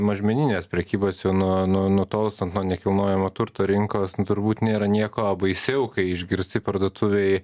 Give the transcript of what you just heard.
mažmeninės prekybos jau nuo nuo nutolstant nuo nekilnojamo turto rinkos nu turbūt nėra nieko baisiau kai išgirsti parduotuvėj